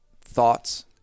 thoughts